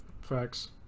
Facts